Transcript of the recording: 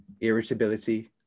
irritability